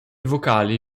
vocali